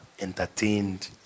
entertained